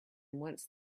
once